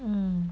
um